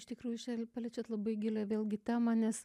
iš tikrųjų šian paliečiat labai gilią vėlgi temą nes